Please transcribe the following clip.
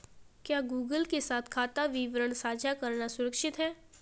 क्या गूगल के साथ खाता विवरण साझा करना सुरक्षित है?